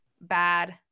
bad